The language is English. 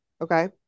Okay